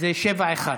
זה שבעה ואחד,